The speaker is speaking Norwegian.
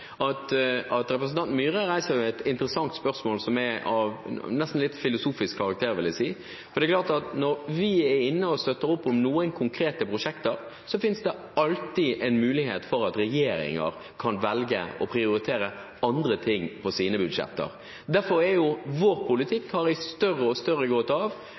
at når vi er inne og støtter opp om noen konkrete prosjekter, finnes det alltid en mulighet for at regjeringer kan velge å prioritere andre ting på sine budsjetter. Derfor har vår politikk i stadig større grad gått ut på å hjelpe regjeringer til å øke sine inntekter gjennom investeringer i noen områder, gjennom å bygge opp gode finansinstitusjoner og